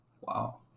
Wow